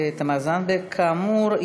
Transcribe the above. כאמור,